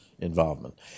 involvement